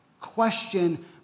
question